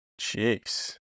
Jeez